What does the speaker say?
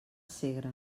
segre